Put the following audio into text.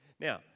Now